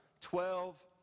twelve